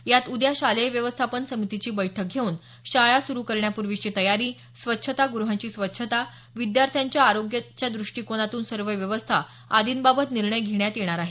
यात उद्या शालेय व्यवस्थापन समितीची बैठक घेऊन शाळा सुरु करण्यापूर्वीची तयारी स्वच्छताग्रहांची स्वच्छता विद्यार्थ्यांच्या आरोग्याच्या दृष्टीकोनातून सर्व व्यवस्था आदींबाबत निर्णय घेण्यात येणार आहे